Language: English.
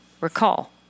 Recall